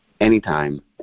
anytime